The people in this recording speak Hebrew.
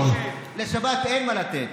לשבת אין מה לתת.